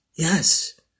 Yes